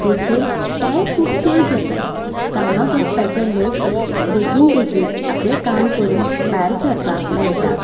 ताजेर टायम खूब सेव जाता कामाक वसपाचे लोग बेगीन बेगीन आपलें काम करून भायर सरपाक मेळटा